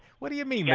what do you mean? yeah